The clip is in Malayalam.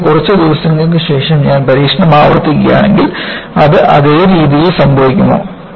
അല്ലെങ്കിൽ കുറച്ച് ദിവസങ്ങൾക്ക് ശേഷം ഞാൻ പരീക്ഷണം ആവർത്തിക്കുകയാണെങ്കിൽ അത് അതേ രീതിയിൽ സംഭവിക്കുമോ